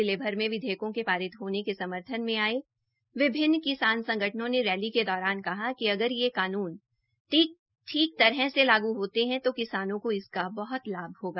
जिले भर से विधेयकों के पारित होने से समर्थन मे आये विभिन्न किसान संगठनों ने रैली के दौरान कहा कि अगर ये कानून ठीक तरह से लागे होते है तो तो किसानों का इसका बहुत लाभ होगा